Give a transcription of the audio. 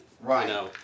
Right